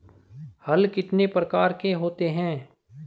हल कितने प्रकार के होते हैं?